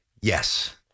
Yes